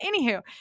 anywho